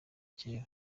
kera